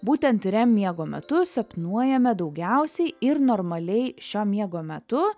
būtent rem miego metu sapnuojame daugiausiai ir normaliai šio miego metu